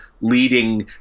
leading